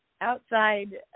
outside